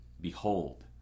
Behold